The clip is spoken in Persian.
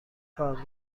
کار